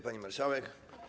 Pani Marszałek!